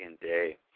day